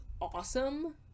awesome